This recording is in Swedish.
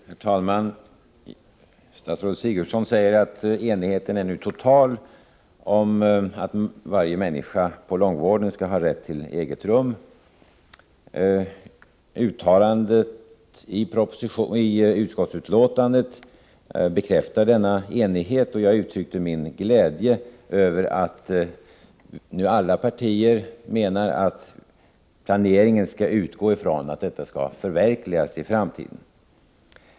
Herr talman! Statsrådet Sigurdsen säger att enigheten nu är total om att varje patient inom långvården skall ha rätt till eget rum. Uttalandet i utskottsbetänkandet bekräftar denna enighet, och jag har uttryckt min glädje över att nu alla partier menar att planeringen skall utgå ifrån att detta skall förverkligas i framtiden.